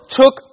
took